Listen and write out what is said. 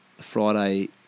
Friday